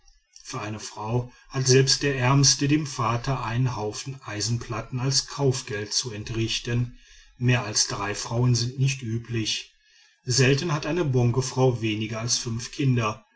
für eine frau hat selbst der ärmste dem vater einen haufen eisenplatten als kaufgeld zu entrichten mehr als drei frauen sind nicht üblich selten hat eine bongofrau weniger als fünf kinder